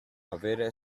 avere